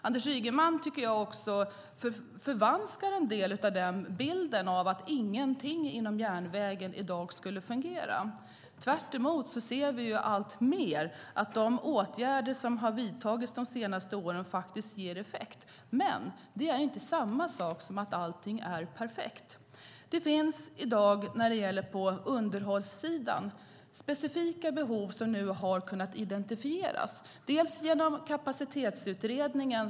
Anders Ygeman förvanskar en del av bilden, tycker jag, när han säger att ingenting inom järnvägen fungerar i dag. Tvärtom ser vi alltmer att de åtgärder som har vidtagits de senaste åren faktiskt ger effekt. Men det är inte samma sak som att allting är perfekt. Det finns i dag på underhållssidan specifika behov som nu har kunnat identifieras genom Kapacitetsutredningen.